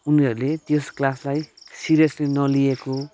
उनीहरूले त्यस क्लासलाई सिरिय्सली नलिएको